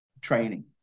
training